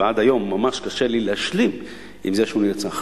ועד היום ממש קשה לי להשלים עם זה שהוא נרצח.